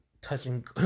touching